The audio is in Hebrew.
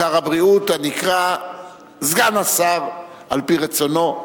שר הבריאות, הנקרא "סגן השר" על-פי רצונו,